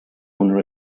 owner